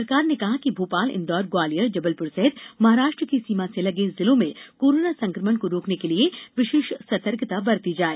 सरकार ने कहा कि भोपाल इंदौर ग्वालियर जबलपुर सहित महाराष्ट्र की सीमा से लगे जिलों में कोरोना संक्रमण को रोकने के लिये विशेष सतर्कता बरती जाए